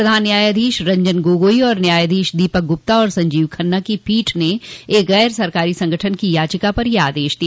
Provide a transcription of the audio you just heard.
प्रधान न्यायाधीश रंजन गोगोई और न्यायाधीश दीपक गुप्ता तथा संजीव खन्ना की पीठ ने एक गैर सरकारी संगठन की याचिका पर यह आदेश दिया